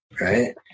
Right